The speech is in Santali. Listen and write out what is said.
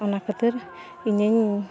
ᱚᱱᱟ ᱠᱷᱟᱹᱛᱤᱨ ᱤᱧᱤᱧ